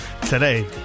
today